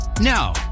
Now